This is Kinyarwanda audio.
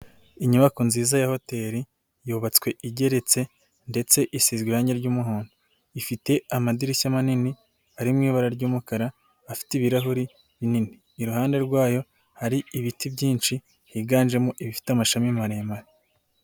Inyubako nziza ya hoteri yubatswe igeretse ndetse isizwe irangi ry'umuhondo. Ifite amadirishya manini ari mu ibara ry'umukara afite ibirahuri binini. Iruhande rwayo, hari ibiti byinshi, higanjemo ibifite amashami maremare.